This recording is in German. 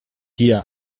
dir